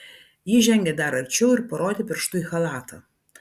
ji žengė dar arčiau ir parodė pirštu į chalatą